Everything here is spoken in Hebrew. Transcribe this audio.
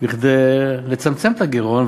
כדי לצמצם את הגירעון,